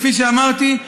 כפי שאמרתי,